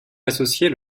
associer